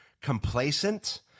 complacent